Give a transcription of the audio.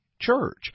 church